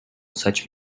such